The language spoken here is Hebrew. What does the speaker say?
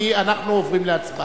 כי אנחנו עוברים להצבעה.